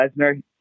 Lesnar